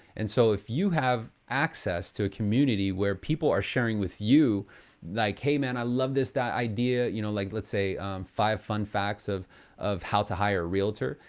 and so if you have access to a community where people are sharing with you like, hey man, i love this that idea, you know like let's say five fun facts of of how to hire a realtor,